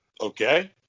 Okay